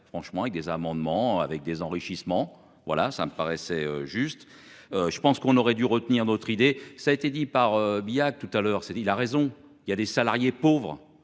franchement avec des amendements avec des enrichissements voilà ça me paraissait juste. Je pense qu'on aurait dû retenir d'autres idées, ça a été dit par Biya tout à l'heure, c'est dit. Il a raison, il y a des salariés pauvres